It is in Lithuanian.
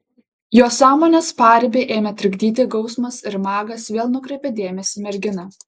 jo sąmonės paribį ėmė trikdyti gausmas ir magas vėl nukreipė dėmesį į merginą